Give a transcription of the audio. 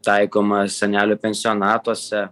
taikoma senelių pensionatuose